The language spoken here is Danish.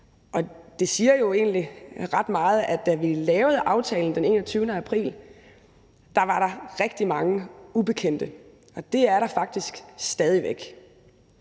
Og det siger jo egentlig ret meget, at da vi lavede aftalen den 21. april, var der rigtig mange ubekendte, og det er der faktisk stadig væk.